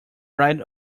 right